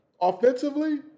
offensively